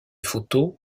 photos